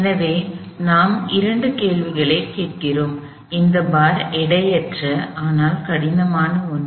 எனவே நாம் இரண்டு கேள்விகளைக் கேட்கிறோம் இந்த பார் எடையற்ற ஆனால் கடினமான ஒன்று